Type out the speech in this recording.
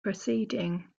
proceeding